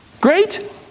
Great